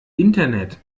internet